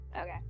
Okay